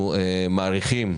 אנחנו מעריכים,